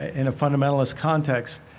ah in a fundamentalist context,